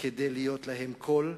כדי להיות להם קול,